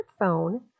smartphone